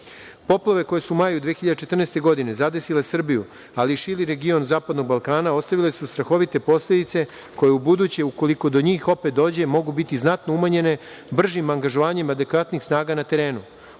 koje su u maju 2014. godine zadesile Srbiju, ali širi region zapadnog Balkana ostavile su strahovite posledice koje ubuduće ukoliko do njih opet dođe mogu biti znatno umanjene bržim angažovanjem adekvatnih snaga na terenu.